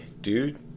Dude